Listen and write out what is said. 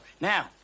Now